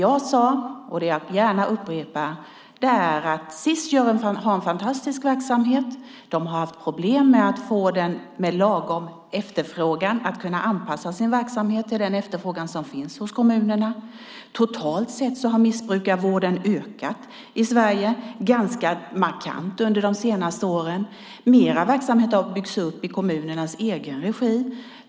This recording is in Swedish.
Jag sade och upprepar gärna att Sis har en fantastisk verksamhet. De har haft problem med att anpassa sin verksamhet till den efterfrågan som finns hos kommunerna. Totalt sett har missbrukarvården ökat i Sverige, ganska markant under de senaste åren. Mer verksamhet har byggts upp i kommunernas egen regi.